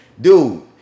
dude